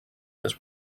this